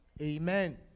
Amen